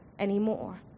anymore